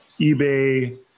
ebay